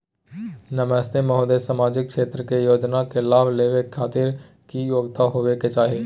नमस्ते महोदय, सामाजिक क्षेत्र के योजना के लाभ लेबै के खातिर की योग्यता होबाक चाही?